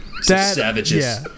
Savages